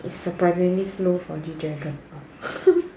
it's surprisingly slow for the G dragon